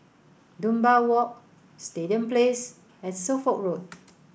Dunbar Walk Stadium Place and Suffolk Road